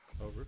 Over